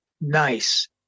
nice